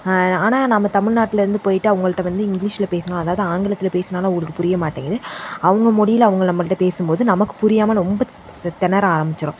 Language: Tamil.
ஆனால் நம்ம தமிழ்நாட்டுலேருந்து போயிட்டு அவங்கள்ட வந்து இங்கிலீஷில் பேசினோம் அதாவது ஆங்கிலத்தில் பேசினாலும் அவங்களுக்கு புரிய மாட்டேங்கிது அவங்க மொழியில் அவங்க நம்மகிட்ட பேசும் போது நமக்கு புரியாமல் ரொம்ப திணற ஆரம்பித்துட்றோம்